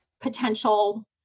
potential